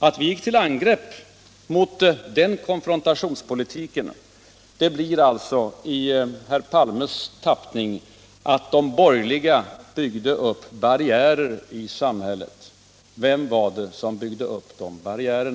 Att vi gick till angrepp mot den konfrontationspolitiken blir alltså i herr Palmes tappning att de borgerliga byggde upp barriärer i samhället. Vem var det som byggde upp barriärer?